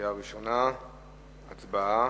קריאה ראשונה, הצבעה.